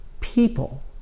people